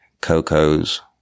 Coco's